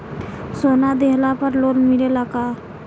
सोना दिहला पर लोन मिलेला का?